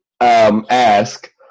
ask